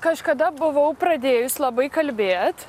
kažkada buvau pradėjus labai kalbėt